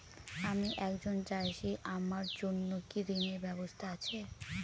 আমি একজন চাষী আমার জন্য কি ঋণের ব্যবস্থা আছে?